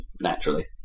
naturally